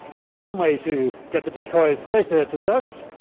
here is one way to get the decoys closer to the ducks,